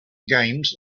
games